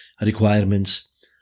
requirements